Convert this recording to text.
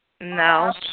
No